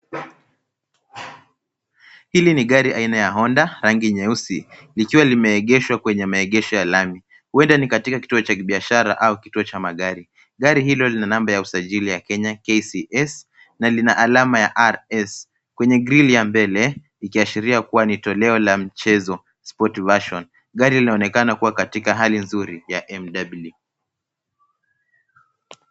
Hili ni gari aina ya Honda, rangi nyeusi, likiwa limeegeshwa kwenye maegesho ya lami. Huenda ni katika kituo cha biashara au kituo cha magari. Gari hilo lina namba ya usajili ya Kenya KCS na lina alama ya RS kwenye grilli ya mbele ikiashiria kuwa ni toleo la mchezo sport version . Gari linaonekana kuwa Katika hali nzuri ya MW.